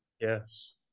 Yes